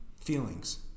feelings